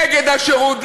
נגד השירות,